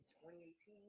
2018